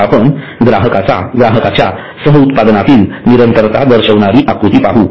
आता आपण ग्राहकांच्या सह उत्पादनातील निरंतरता दर्शविणारी आकृती पाहू